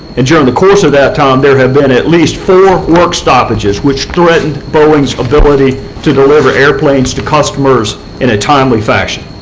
and during the course of that time, there have been at least four work stoppages which threatened boeing's ability to deliver airplanes to customers in a timely fashion.